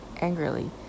angrily